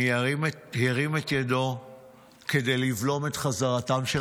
מי הרים את ידו כדי לבלום את חזרתם של